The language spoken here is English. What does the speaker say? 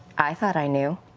i thought i knew.